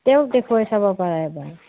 তেওঁক দেখুৱাই চাব পাৰা এবাৰ